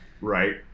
Right